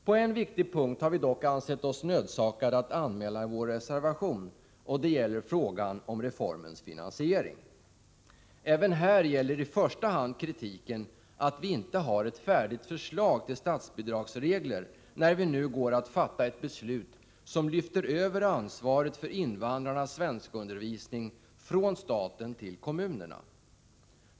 På en viktig punkt har vi dock ansett oss nödsakade att anmäla vår reservation, och det gäller frågan om reformens finansiering. Även här gäller i första hand kritiken att man inte har ett färdigt förslag till statsbidragsregler när man nu går att fatta ett beslut som lyfter över ansvaret för invandrarnas svenskundervisning från staten till kommunerna.